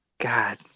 God